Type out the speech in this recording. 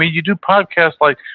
you do podcasts like,